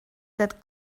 that